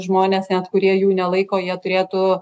žmonės net kurie jų nelaiko jie turėtų